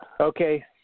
Okay